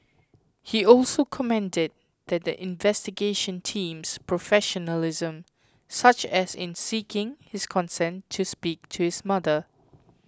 he also commended that the investigation team's professionalism such as in seeking his consent to speak to his mother